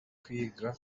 kwigwa